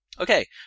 Okay